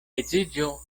edziĝo